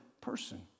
person